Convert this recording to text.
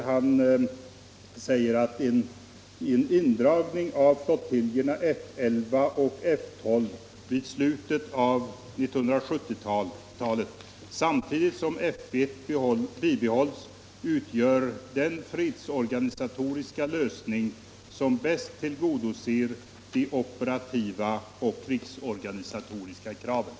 Han konstaterar bl.a. att ”en indragning av flottiljerna F 11 och F12 vid slutet av 1970-talet samtidigt som F1 bibehålls utgör den fredsorganisatoriska lösning som bäst tillgodoser de operativa och krigsorganisatoriska kraven”.